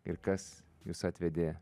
ir kas jus atvedė